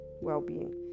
well-being